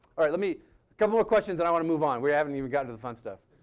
all right, let me, a couple of questions then i want to move on. we haven't even got to the fun stuff.